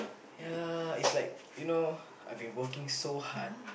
ya is like you know I've been working so hard